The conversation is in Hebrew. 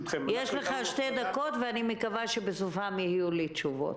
יש לך שתי דקות ואני מקווה שבסופן יהיו לי תשובות,